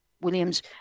Williams